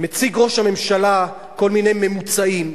מציג ראש הממשלה כל מיני ממוצעים,